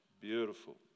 beautiful